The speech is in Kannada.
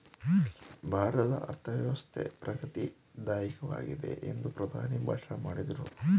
ಭಾರತದ ಅರ್ಥವ್ಯವಸ್ಥೆ ಪ್ರಗತಿ ದಾಯಕವಾಗಿದೆ ಎಂದು ಪ್ರಧಾನಿ ಭಾಷಣ ಮಾಡಿದ್ರು